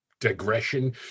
digression